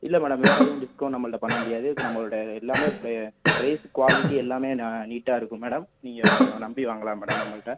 இல்லை மேடம் வேற எதுவும் டிஸ்கவுண்ட் நம்மள்ட்ட பண்ண முடியாது இது நம்மளோட எல்லாமே ப்ர ப்ரைஸ் குவாலிட்டி எல்லாமே ந நீட்டாக இருக்கும் மேடம் நீங்கள் நம்பி வாங்கலாம் மேடம் நம்மள்ட்ட